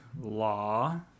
law